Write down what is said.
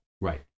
Right